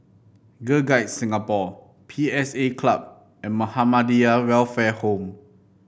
Girl Guides Singapore P S A Club and Muhammadiyah Welfare Home